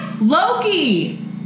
Loki